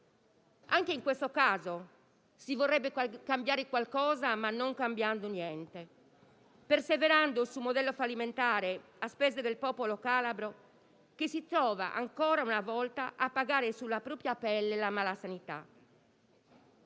Anche in questo caso si vorrebbe cambiare qualcosa, senza cambiare nulla e perseverando su un modello fallimentare, a spese del popolo calabro che si trova, ancora una volta, a pagare sulla propria pelle la malasanità